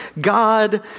God